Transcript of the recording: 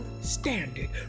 standard